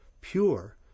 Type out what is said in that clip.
Pure